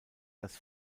das